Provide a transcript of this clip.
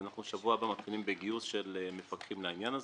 ואנחנו שבוע הבא מתחילים בגיוס של מפקחים לעניין הזה.